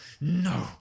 No